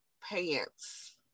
pants